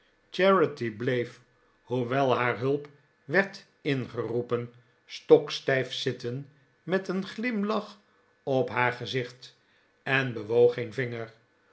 charity bleef hoewel haar hulp werd ingeroepen stokstijf zitten met een glimlach op haar gezicht en bewoog geen vinger